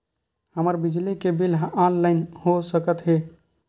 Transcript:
हमर बिजली के बिल ह ऑनलाइन हो सकत हे?